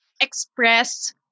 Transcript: express